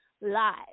live